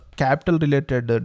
capital-related